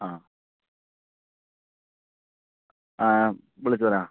ആ ആ വിളിച്ച് പറയാം